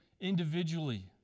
individually